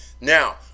Now